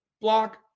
block